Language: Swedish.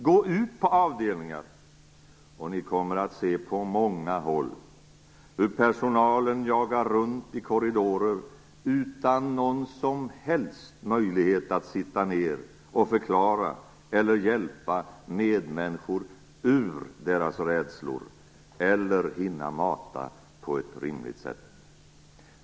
Gå ut på avdelningar, och ni kommer på många håll att se hur personalen jagar runt i korridorer utan någon som helst möjlighet att sitta ned och förklara eller hjälpa medmänniskor ur deras rädslor eller hinna mata på ett rimligt sätt.